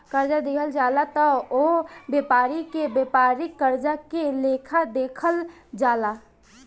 कर्जा दिहल जाला त ओह व्यापारी के व्यापारिक कर्जा के लेखा देखल जाला